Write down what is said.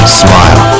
smile